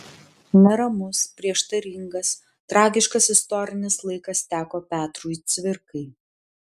neramus prieštaringas tragiškas istorinis laikas teko petrui cvirkai